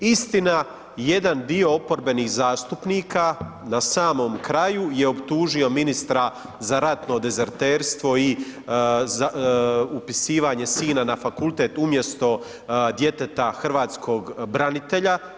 Istina, jedan dio oporbenih zastupnika na samom kraju je optužio ministra za ratno dezerterstvo i upisivanje sina na fakultet umjesto djeteta hrvatskog branitelja.